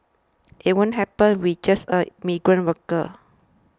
it won't happen with just a migrant worker